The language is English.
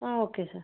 okay sir